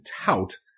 tout